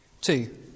Two